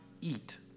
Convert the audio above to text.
eat